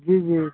जी जी